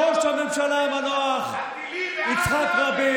אותה ההיפרדות שהגיע אליה ראש הממשלה המנוח יצחק רבין,